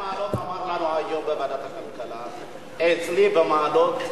ראש עיריית מעלות אמר לנו היום בוועדת הכלכלה: אצלי במעלות,